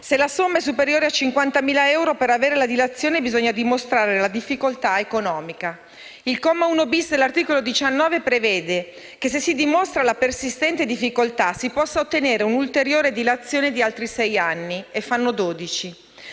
se la somma è superiore a 50.000 euro, per avere la dilazione bisogna dimostrare la difficoltà economica. Il comma 1-*bis* dell'articolo 19 prevede che, se si dimostra la persistente difficoltà, si possa ottenere un'ulteriore dilazione di altri sei anni (e fanno dodici).